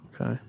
Okay